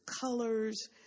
colors